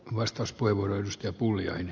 arvoisa puhemies